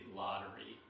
lottery